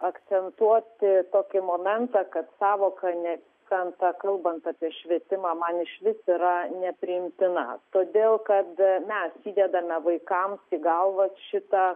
akcentuoti tokį momentą kad sąvoka neapykant kalbant apie švietimą man išvis yra nepriimtina todėl kad mes įdedame vaikams į galvas šitą